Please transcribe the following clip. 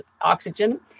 oxygen